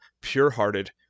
pure-hearted